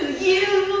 you